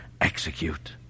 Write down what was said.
execute